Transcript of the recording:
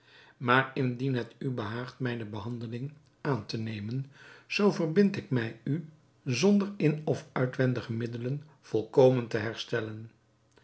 maar indien het u behaagt mijne behandeling aan te nemen zoo verbind ik mij u zonder in of uitwendige middelen volkomen te herstellen